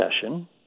session